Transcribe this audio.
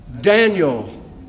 Daniel